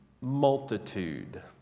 multitude